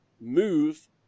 move